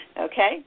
Okay